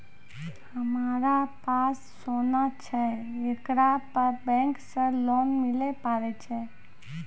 हमारा पास सोना छै येकरा पे बैंक से लोन मिले पारे छै?